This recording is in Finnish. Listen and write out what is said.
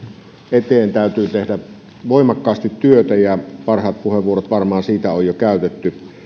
eteen täytyy tehdä voimakkaasti työtä ja parhaat puheenvuorot varmaan siitä on jo käytetty